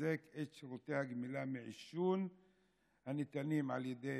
ולחזק את שירותי הגמילה מעישון הניתנים על ידי